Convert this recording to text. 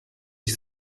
ich